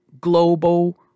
global